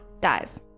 dies